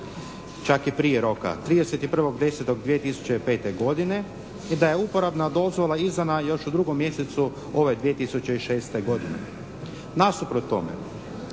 čak i prije roka 31.10.2005. godine i da je uporabna dozvola izdana još u drugom mjesecu ove 2006. godine. Nasuprot tome